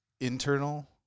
internal